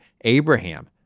Abraham